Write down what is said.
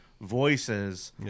voices